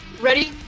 Ready